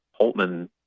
Holtman